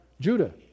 Judah